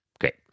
Great